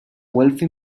wealthy